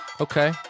Okay